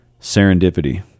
Serendipity